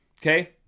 Okay